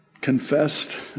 confessed